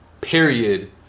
period